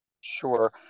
Sure